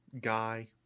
guy